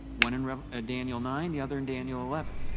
one in ah daniel nine, the other in daniel eleven.